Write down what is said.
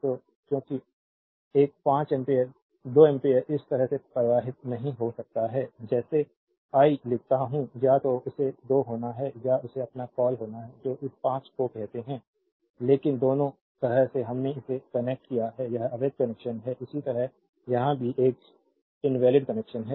तो क्योंकि एक 5 एम्पीयर 2 एम्पीयर इस तरह से प्रवाहित नहीं हो सकता है जैसे आई लिखता हूँ या तो उसे 2 होना है या उसे आपका कॉल होना है जो इस 5 को कहते हैं लेकिन दोनों तरह से हमने इसे कनेक्ट किया है यह अवैध कनेक्शन है इसी तरह यहाँ भी यह इनवैलिड कनेक्शन है